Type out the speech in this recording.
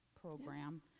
program